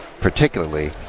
particularly